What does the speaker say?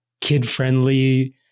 kid-friendly